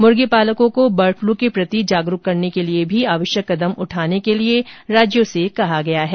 मुर्गीपालकों को bird flu के प्रति जागरूक करने के लिए भी आवश्यक कदम उठाने के लिए राज्यों से कहा गया है